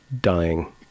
dying